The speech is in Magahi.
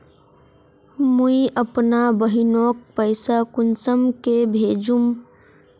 मुई अपना बहिनोक पैसा कुंसम के भेजुम?